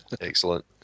excellent